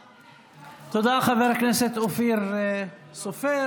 תודה, חבר כנסת אופיר סופר.